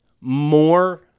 more